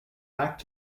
back